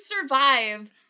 survive